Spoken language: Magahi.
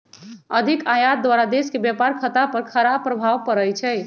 अधिक आयात द्वारा देश के व्यापार खता पर खराप प्रभाव पड़इ छइ